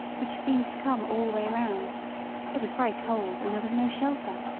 which seemed to come all the way round it was very cold, and there was no shelter.